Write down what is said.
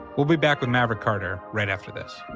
we'll be back with maverick carter right after this.